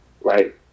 Right